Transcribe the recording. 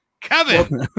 kevin